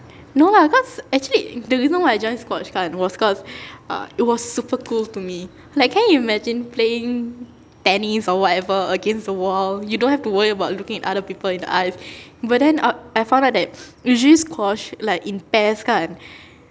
no lah cause actually the reason why I joined sports kan was cause uh it was super cool to me like can you imagine playing tennis or whatever against the wall you don't have to worry about looking at other people in the eyes but then uh I found out that usually squash like in pairs kan